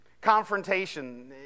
Confrontation